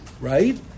right